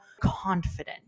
confident